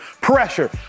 Pressure